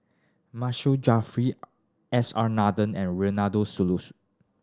Masagos Zulkifli S R Nathan and Ronald Susilo